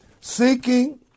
seeking